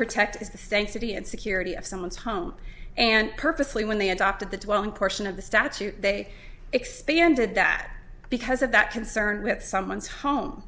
protect is the same city and security of someone's home and purposely when they adopted that one portion of the statute they expanded that because of that concern with someone's home